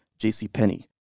JCPenney